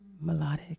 melodic